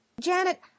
Janet